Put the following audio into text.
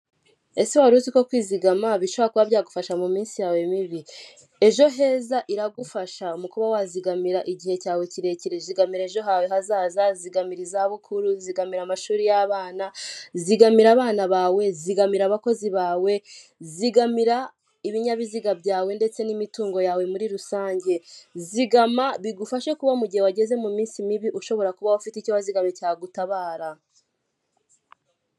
Ahangaha hari umuhanda mwiza cyane, kandi munini kuburyo ushobora kujyamo ibinyabiziga birenze kimwe, harimo umugabo utwaye umuzigo urimo umufuka munini cyane, awutwaye ku igare ari kugenda n'amaguru uyu muhanda kandi ukikijwe n'ibiti byiza cyane, hakaba hari n'uruzitiro rufite ibara ry'icyatsi bigaragara ko hirya hari kubera ubwubatsi butandukanye, kandi harimo n'itara rimurikira ibinyabiziga nijoro.